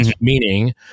Meaning